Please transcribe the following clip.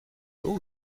l’eau